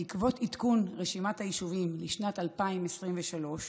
בעקבות עדכון רשימת היישובים לשנת 2023,